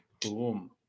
Boom